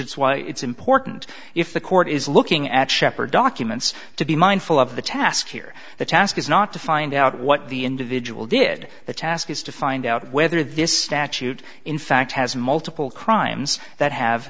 is why it's important if the court is looking at shepherd documents to be mindful of the task here the task is not to find out what the individual did the task is to find out whether this statute in fact has multiple crimes that have